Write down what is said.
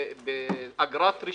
להנחה באגרת רישוי,